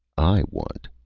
i want,